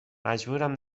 مجبورم